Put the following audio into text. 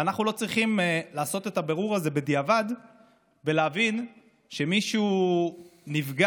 ואנחנו לא צריכים לעשות את הבירור הזה בדיעבד ולהבין שמישהו נפגע,